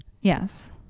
Yes